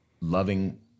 loving